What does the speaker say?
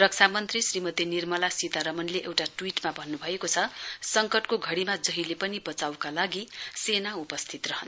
रक्षामन्त्री श्रीमती निर्माला सीता रमणले एउटा ट्वीटमा भन्नु भएको छ संकटको घडीमा जहिले पनि बचाउका लागि सेना उपस्थित रहन्छन्